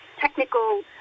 technical